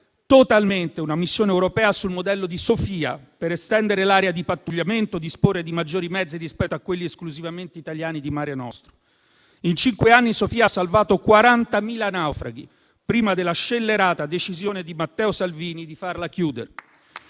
totalmente una missione europea sul modello di Sophia per estendere l'area di pattugliamento, disporre di maggiori mezzi rispetto a quelli esclusivamente italiani di Mare nostrum. In cinque anni Sophia ha salvato 40.000 naufraghi, prima della scellerata decisione di Matteo Salvini di farla chiudere.